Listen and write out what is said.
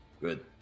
Good